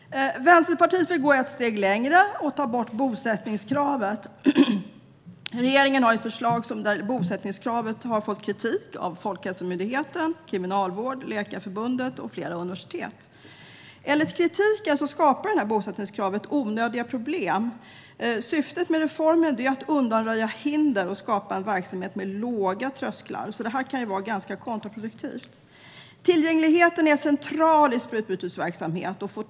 Vänsterpartiet vill gå ett steg längre och ta bort bosättningskravet. Regeringen har ett förslag där bosättningskravet har fått kritik av Folkhälsomyndigheten, Kriminalvården, Läkarförbundet och flera universitet. Enligt kritiken skapar bosättningskravet onödiga problem. Syftet med reformen är ju att undanröja hinder och skapa en verksamhet med låga trösklar. Då kan bosättningskravet vara ganska kontraproduktivt. Tillgängligheten är central i sprututbytesverksamhet.